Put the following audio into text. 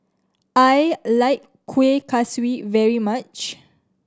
I like Kueh Kaswi very much